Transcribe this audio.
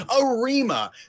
Arima